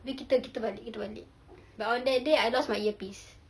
abeh kita kita balik kita balik but on that day I lost my earpiece